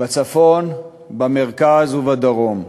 בצפון, במרכז ובדרום: